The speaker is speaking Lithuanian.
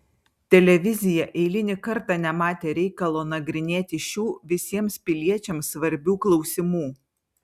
televizija eilinį kartą nematė reikalo nagrinėti šių visiems piliečiams svarbių klausimų